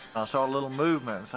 saw a little movement.